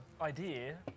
idea